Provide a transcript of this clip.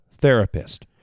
therapist